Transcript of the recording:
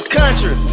country